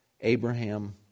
Abraham